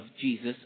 Jesus